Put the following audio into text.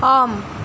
ஆம்